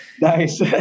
Nice